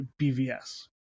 BVS